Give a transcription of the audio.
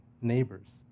neighbors